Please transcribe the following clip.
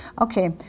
Okay